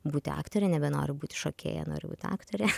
būti aktore nebenoriu būti šokėja noriu būt aktore